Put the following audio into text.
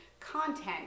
content